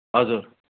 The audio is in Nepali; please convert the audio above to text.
हजुर